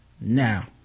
Now